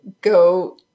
go